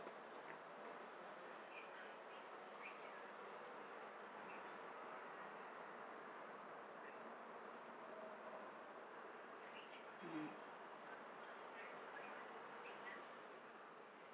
mm